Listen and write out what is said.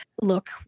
look